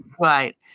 Right